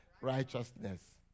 Righteousness